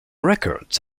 records